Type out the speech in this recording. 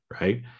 Right